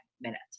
minutes